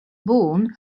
born